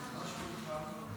דובר אחרון.